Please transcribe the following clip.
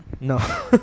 No